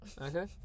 Okay